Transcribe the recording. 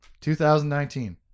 2019